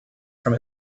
from